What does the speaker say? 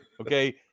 okay